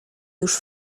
już